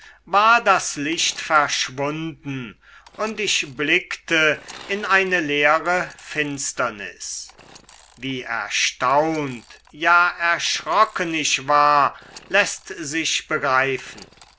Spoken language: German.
war das licht verschwunden und ich blickte in eine leere finsternis wie erstaunt ja erschrocken ich war läßt sich begreifen